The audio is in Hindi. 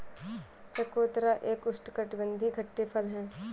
चकोतरा एक उष्णकटिबंधीय खट्टे फल है